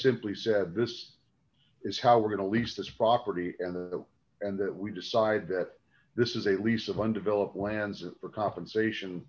simply said this is how we're going to lease this property and the and that we decide that this is a lease of undeveloped lands for compensation